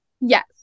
Yes